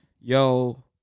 yo